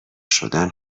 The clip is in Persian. شدن